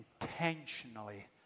intentionally